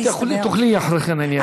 את תוכלי, אחרי כן אני אאפשר לך.